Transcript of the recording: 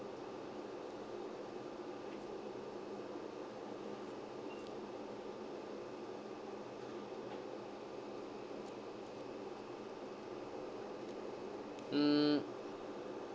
mm